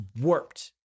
warped